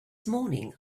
morning